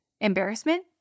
Embarrassment